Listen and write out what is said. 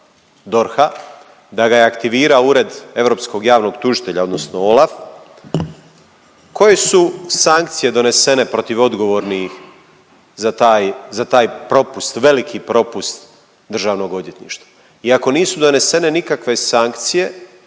DORH-a, da ga je aktivirao Ured europskog javnog tužitelja odnosno OLAF, koje su sankcije donesene protiv odgovornih za taj, za taj propust, veliki propust DORH-a? I ako nisu donesene nikakve sankcije,